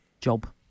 job